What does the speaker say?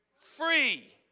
free